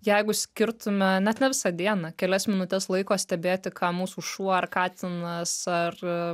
jeigu skirtume net ne visą dieną kelias minutes laiko stebėti ką mūsų šuo ar katinas ar